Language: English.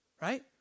right